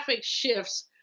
shifts